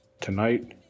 Tonight